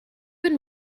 been